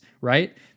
right